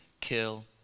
kill